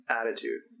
attitude